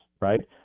right